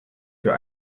für